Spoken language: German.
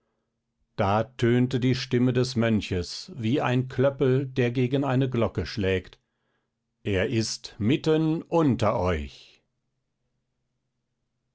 da tönte die stimme des mönches wie ein klöppel der gegen eine glocke schlägt er ist mitten unter euch